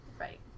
Right